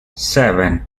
seven